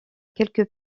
quelque